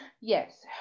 yes